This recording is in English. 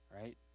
right